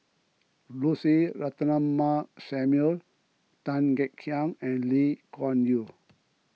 Lucy Ratnammah Samuel Tan Kek Hiang and Lee Kuan Yew